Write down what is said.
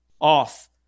off